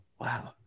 wow